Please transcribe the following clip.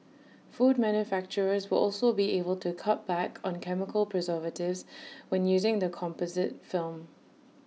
food manufacturers will also be able to cut back on chemical preservatives when using the composite film